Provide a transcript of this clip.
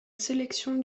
sélection